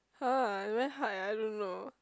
(huh) very hard eh I don't know